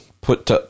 put